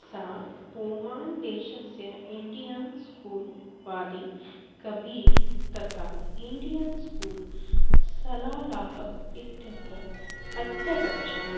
सा ओमान् देशस्य Indian School Wadi Kabir तथा इण्डियन् स्कूल् सलालाः इत्यत्र अध्यगच्छत्